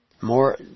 More